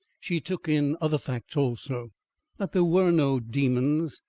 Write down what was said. she took in other facts also that there were no demons,